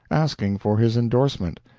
asking for his indorsement.